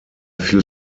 feel